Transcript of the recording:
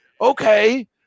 okay